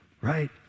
right